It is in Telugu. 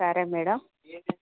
సరే మేడం